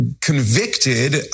convicted